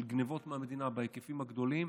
של גנבות מהמדינה בהיקפים גדולים,